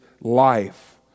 life